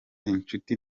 inshuti